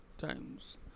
times